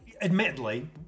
admittedly